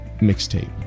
mixtape